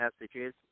messages